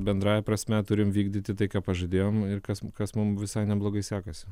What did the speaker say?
bendrąja prasme turim vykdyti tai ką pažadėjom ir kas kas mum visai neblogai sekasi